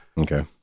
okay